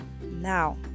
Now